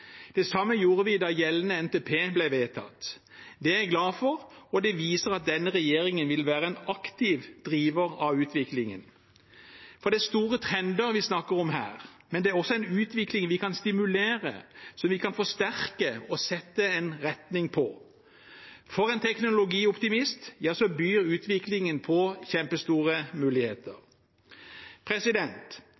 Det samme gjorde vi da gjeldende NTP ble vedtatt. Det er jeg glad for, og det viser at denne regjeringen vil være en aktiv driver av utviklingen. Det er store trender vi snakker om her, men det er også en utvikling vi kan stimulere, forsterke og sette retning på. For en teknologioptimist byr utviklingen på kjempestore muligheter!